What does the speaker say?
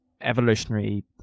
evolutionary